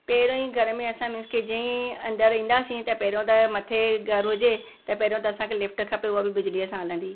पहिरियों ई घर में असां मींस की जीअं ई अंदरु ईंदासीं त पहिरियों त मथे घरु हुजे त पहिरियों त असांखे लिफ्ट खपे उहा बि बिजलीअ सां हलंदी